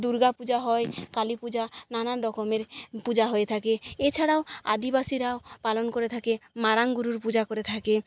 দুর্গাপূজা হয় কালীপূজা নানান রকমের পূজা হয়ে থাকে এছাড়াও আদিবাসীরাও পালন করে থাকে মারাং বুরুর পূজা করে থাকে